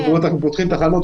אנחנו פותחים תחנות,